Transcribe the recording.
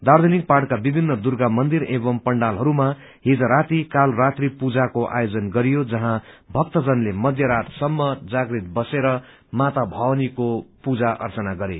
दार्जीलिङ पहाड़का विभिन्न दुर्गा मंदिर एवं पण्डालहरूमा हिज राती कालरात्री पूजाको आयोजन गरियो जहाँ भक्तजनले मध्य रातसम्म जागुत बसेर माता भवानीको पूजा अर्चना गरे